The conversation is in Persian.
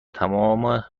تمام